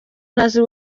ntazi